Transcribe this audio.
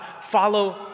follow